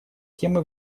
темы